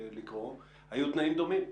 היו תנאים דומים.